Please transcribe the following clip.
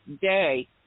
day